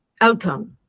outcome